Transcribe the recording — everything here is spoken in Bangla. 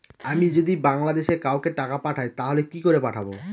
আমি যদি বাংলাদেশে কাউকে টাকা পাঠাই তাহলে কি করে পাঠাবো?